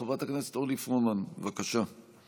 חברת הכנסת אורלי פרומן, בבקשה.